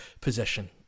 possession